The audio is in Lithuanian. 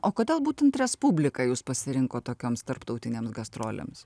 o kodėl būtent respubliką jūs pasirinkot tokioms tarptautinėms gastrolėms